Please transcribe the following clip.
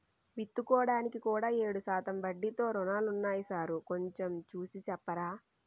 విత్తుకోడానికి కూడా ఏడు శాతం వడ్డీతో రుణాలున్నాయా సారూ కొంచె చూసి సెప్పరా